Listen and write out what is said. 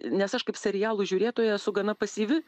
nes aš kaip serialų žiūrėtoja esu gana pasyvi